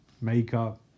makeup